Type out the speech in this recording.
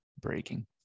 Breaking